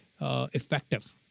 effective